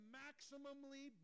maximally